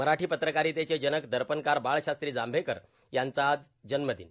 मराठी पत्रकारितेचे जनक दर्पणकार बाळशास्त्री जांभेकर यांचा आज जन्मदिन